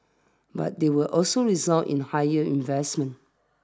but they will also result in higher investments